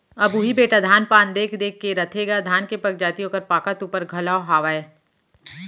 अब उही बेटा धान पान देख देख के रथेगा धान के पगजाति ओकर पाकत ऊपर म घलौ हावय